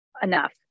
Enough